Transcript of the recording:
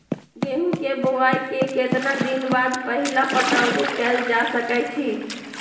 गेंहू के बोआई के केतना दिन बाद पहिला पटौनी कैल जा सकैछि?